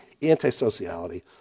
antisociality